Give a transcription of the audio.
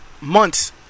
months